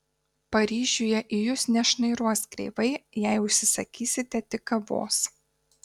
paryžiuje į jus nešnairuos kreivai jei užsisakysite tik kavos